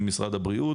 ממשרד הבריאות.